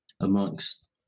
amongst